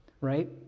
Right